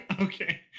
Okay